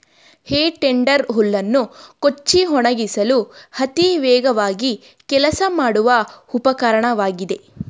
ಹೇ tedder ಹುಲ್ಲನ್ನು ಕೊಚ್ಚಿ ಒಣಗಿಸಲು ಅತಿ ವೇಗವಾಗಿ ಕೆಲಸ ಮಾಡುವ ಉಪಕರಣವಾಗಿದೆ